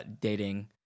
dating